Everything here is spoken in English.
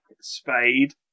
Spade